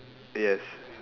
yes